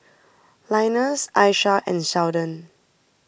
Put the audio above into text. Linus Aisha and Seldon